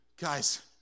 guys